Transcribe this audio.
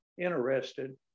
interested